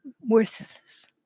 worthless